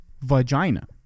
Vagina